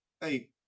Hey